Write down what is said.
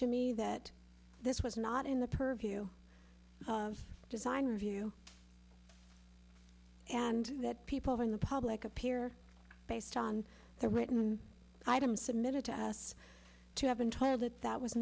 to me that this was not in the purview design review and that people in the public appear based on their witten items submitted to us to have been told that that was